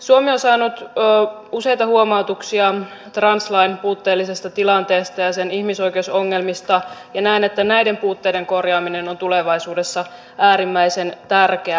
suomi on saanut useita huomautuksia translain puutteellisesta tilanteesta ja sen ihmisoikeusongelmista ja näen että näiden puutteiden korjaaminen on tulevaisuudessa äärimmäisen tärkeää